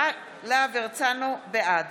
בעד